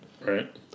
Right